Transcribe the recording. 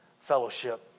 fellowship